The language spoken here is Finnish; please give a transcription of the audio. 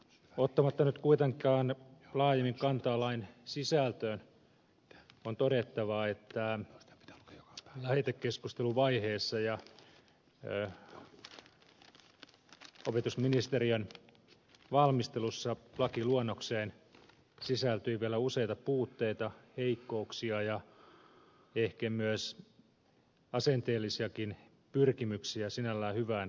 ottamatta nyt kuitenkaan laajemmin kantaa lain sisältöön on todettava että lähetekeskusteluvaiheessa ja opetusministeriön valmistelussa lakiluonnokseen sisältyi vielä useita puutteita heikkouksia ja ehkä asenteellisiakin pyrkimyksiä sinällään hyvään peruslinjaan